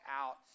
out